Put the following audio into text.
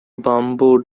bamboo